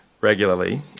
regularly